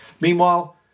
Meanwhile